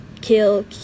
kill